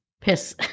piss